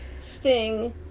sting